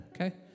Okay